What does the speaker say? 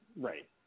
Right